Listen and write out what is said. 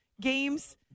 games